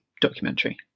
documentary